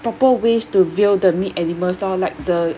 proper ways to rear the meat animals lor like the